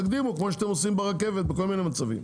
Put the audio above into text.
תקדימו כמו שאתם עושים ברכבת בכל מיני מצבים.